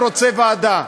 רוצה ועדה.